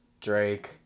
Drake